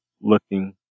looking